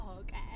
okay